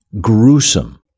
gruesome